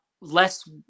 less